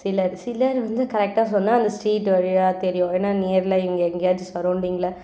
சிலர் சிலர் வந்து கரெக்டாக சொன்னால் அந்த ஸ்ட்ரீட் வழியாக தெரியும் ஏன்னா நியரில் இங்கே எங்கேயாச்சும் சரௌண்டிங்கில